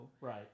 Right